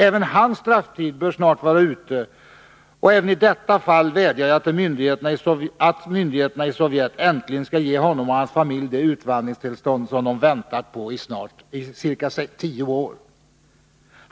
Även hans strafftid bör snart vara ute, och även i detta fall vädjar jag till myndigheterna i Sovjet att äntligen ge honom och hans familj det utvandringstillstånd som de väntat på i ca tio år.